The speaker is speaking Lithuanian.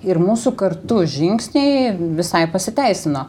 ir mūsų kartu žingsniai visai pasiteisino